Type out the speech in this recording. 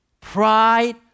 pride